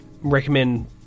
recommend